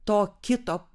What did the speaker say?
to kito